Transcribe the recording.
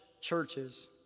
churches